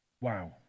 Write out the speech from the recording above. Wow